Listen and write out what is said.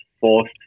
forced